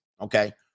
Okay